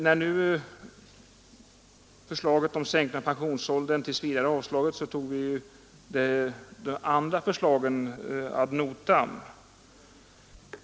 När nu förslaget om en sänkning av pensionsåldern tills vidare avslagits har vi tagit de andra förslagen ad notam.